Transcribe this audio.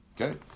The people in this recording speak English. Okay